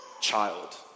child